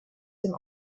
dem